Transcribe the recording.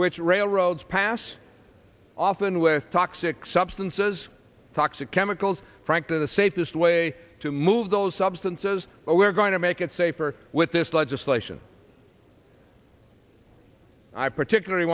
which railroads pass often with toxic substances toxic chemicals frank to the safest way to move those substances but we're going to make it safer with this legislation i particularly